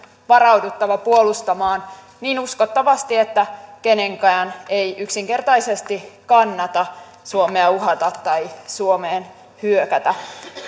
varauduttava puolustamaan niin uskottavasti että kenenkään ei yksinkertaisesti kannata suomea uhata tai suomeen hyökätä